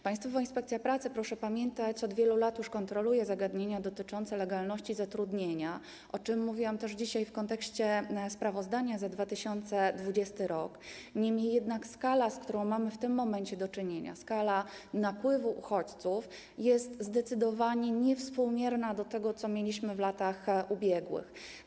Państwowa Inspekcja Pracy, proszę pamiętać, od wielu lat już kontroluje zagadnienia dotyczące legalności zatrudnienia, o czym mówiłam też dzisiaj w kontekście sprawozdania za 2020 r., niemniej jednak skala, z którą mamy w tym momencie do czynienia, skala napływu uchodźców, jest zdecydowanie niewspółmierna do tego, co mieliśmy w latach ubiegłych.